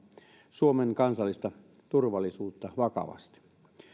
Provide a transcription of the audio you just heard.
suomen kansallista turvallisuutta vakavasti